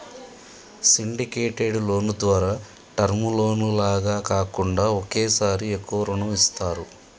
syndicated loan ద్వారా term loan లాగా కాకుండా ఒకేసారి ఎక్కువ రుణం ఇస్తారు